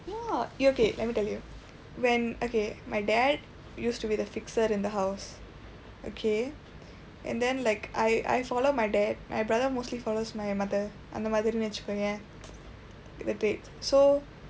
oh okay let me tell you when okay my dad used to be the fixer in the house okay and then like I I follow my dad my brother mostly follows my mother and அந்த மாதிரி வைச்சுக்குயே:andtha maathiri vaichsukkuyee so